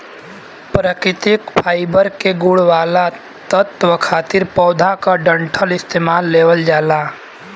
प्राकृतिक फाइबर के गुण वाला तत्व खातिर पौधा क डंठल इस्तेमाल लेवल जाला